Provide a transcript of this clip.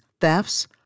thefts